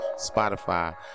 Spotify